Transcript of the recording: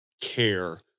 care